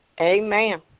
Amen